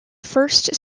first